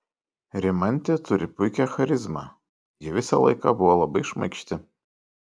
rimantė turi puikią charizmą ji visą laiką buvo labai šmaikšti